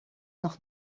nog